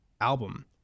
album